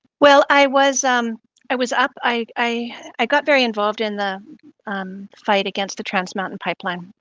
well, i was um i was up i i got very involved in the fight against the transmountain pipeline